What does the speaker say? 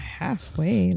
halfway